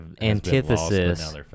antithesis